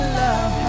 love